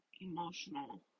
emotional